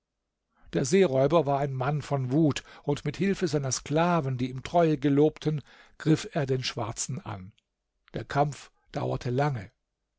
der seeräuber war ein mann von wut und mit hilfe seiner sklaven die ihm treue gelobten griff er den schwarzen an der kampf dauerte lange